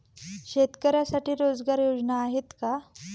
शेतकऱ्यांसाठी रोजगार योजना आहेत का?